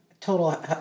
Total